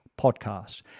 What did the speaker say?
podcast